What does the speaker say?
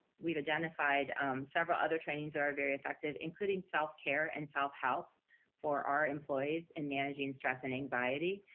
we've identified several other trainings that are very effective, including self-care and self-health for our employees and managing stress and anxiety.